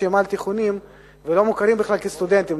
על-תיכוניים ולא מוכרים בכלל כסטודנטים,